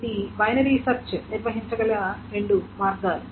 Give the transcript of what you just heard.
ఇవి binary search నిర్వహించగల రెండు మార్గాలు